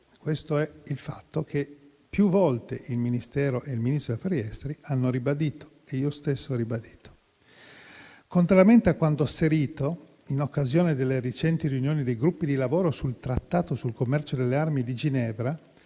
Questo è un fatto che, più volte, il Ministero e il Ministro degli affari esteri hanno ribadito e che io stesso ho ribadito. Contrariamente a quanto asserito, in occasione delle recenti riunioni dei gruppi di lavoro sul trattato sul commercio delle armi di Ginevra,